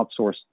outsource